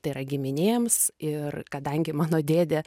tai yra giminėms ir kadangi mano dėdė